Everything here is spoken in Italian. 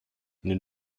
nel